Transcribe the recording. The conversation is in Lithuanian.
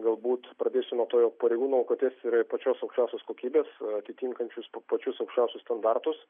galbūt pradėsiu nuo to jog pareigūnų alkotesteriai pačios aukščiausios kokybės atitinkančius pačius aukščiausius standartus